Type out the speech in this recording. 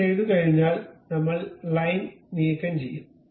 ഇത് ചെയ്തുകഴിഞ്ഞാൽ നമ്മൾ ലൈൻ നീക്കംചെയ്യും